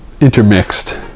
intermixed